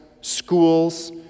schools